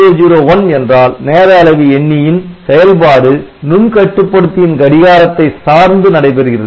001 என்றால் நேர அளவி எண்ணியின் செயல்பாடு நுண் கட்டுப்படுத்தியின் கடிகாரத்தை சார்ந்து நடைபெறுகிறது